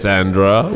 Sandra